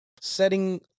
setting